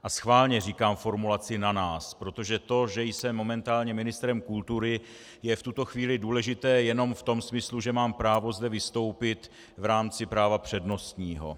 A schválně říkám formulaci na nás, protože to, že jsem momentálně ministrem kultury, je v tuto chvíli důležité jenom v tom smyslu, že mám právo zde vystoupit v rámci práva přednostního.